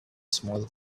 small